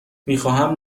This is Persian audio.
میخواهم